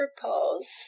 propose